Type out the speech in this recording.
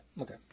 okay